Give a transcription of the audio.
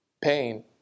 pain